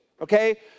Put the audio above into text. Okay